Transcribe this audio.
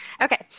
Okay